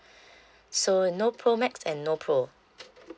so no pro max and no pro